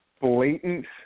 blatant